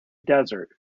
desert